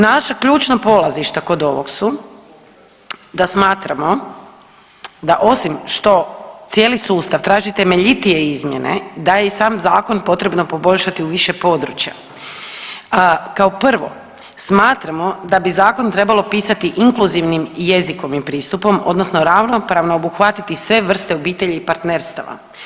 Naša ključna polazišta kod ovog su da smatramo da osim što cijeli sustav traži temeljitije izmjene, da je i sam Zakon potrebno poboljšati u više područja, kao prvo, smatramo da bi Zakon trebalo pisati inkluzivnim jezikom i pristupom, odnosno ravnopravno obuhvatiti sve vrste obitelji i partnerstava.